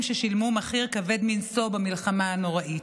ששילמו מחיר כבד מנשוא במלחמה הנוראית: